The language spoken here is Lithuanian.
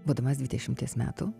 būdamas dvidešimties metų